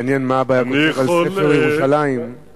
מעניין מה אבא היה כותב בספר על ירושלים עכשיו,